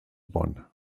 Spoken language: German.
bonn